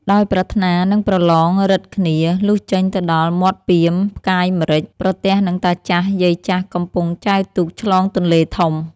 ដោយប្រាថ្នានឹងប្រឡងឫទ្ធិគ្នា លុះចេញទៅដល់មាត់ពាម ផ្កាយម្រេច ប្រទះនឹងតាចាស់យាយចាស់កំពុងចែវទូកឆ្លងទន្លេធំ។